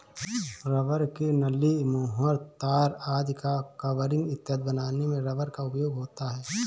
rubber की नली, मुहर, तार आदि का कवरिंग इत्यादि बनाने में रबर का उपयोग होता है